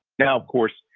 now of course,